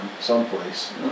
someplace